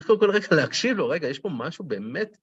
קודם כל, רגע, להקשיב לו, רגע, יש פה משהו באמת...